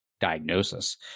diagnosis